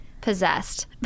possessed